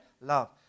love